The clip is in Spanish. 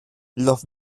los